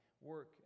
work